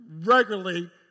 regularly